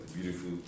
beautiful